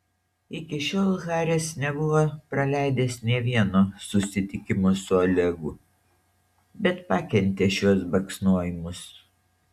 iki šiol haris nebuvo praleidęs nė vieno susitikimo su olegu bet pakentė šiuos baksnojimus